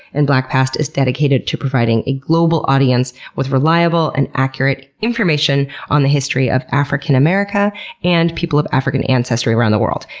and blackpast is dedicated to providing a global audience audience with reliable and accurate information on the history of african america and people of african ancestry around the world.